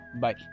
Bye